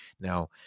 Now